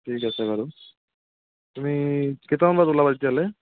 ঠিক আছে বাৰু তুমি কেইটামান বজাত ওলাবা তেতিয়াহ'লে